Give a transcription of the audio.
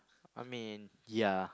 I mean ya